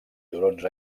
turons